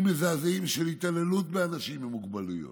מזעזעים של התעללות באנשים עם מוגבלויות,